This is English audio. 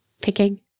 picking